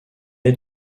est